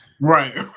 right